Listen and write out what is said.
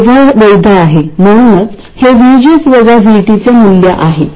तसेच kn म्हणजे μ CoxwL आहे